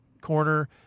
corner